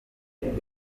uyu